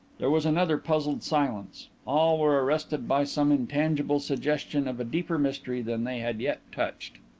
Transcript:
there was another puzzled silence. all were arrested by some intangible suggestion of a deeper mystery than they had yet touched.